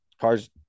cars